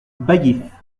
baillif